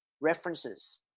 references